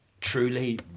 truly